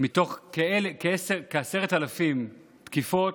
מתוך כ-10,000 תקיפות,